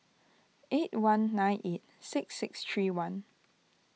eight one nine eight six six three one